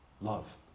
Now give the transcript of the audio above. Love